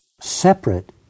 separate